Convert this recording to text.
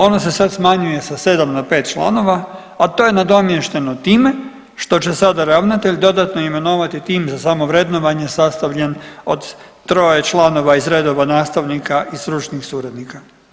Ono se sad smanjuje sa 7 na 5 članova, a to je nadomješteno time što će sada ravnatelj dodatno imenovati tim za samovrednovanje sastavljen od troje članova iz redova nastavnika i stručnih suradnika.